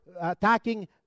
attacking